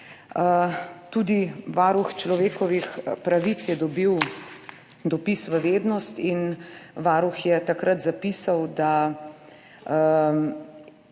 Tudi Varuh človekovih pravic je dobil dopis v vednost. Takrat je zapisal, da